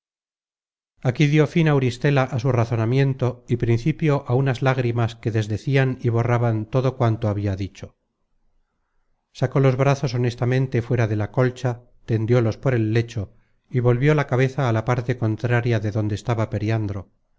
aquí dió fin auristela á su razonamiento y principio á unas lágrimas que desdecian y borraban todo cuanto habia dicho sacó los brazos honestamente fuera de la colcha tendiólos por el lecho y volvió la cabeza a la parte contraria de donde estaba periandro